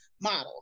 model